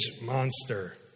monster